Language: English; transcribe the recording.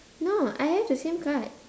no I have the same card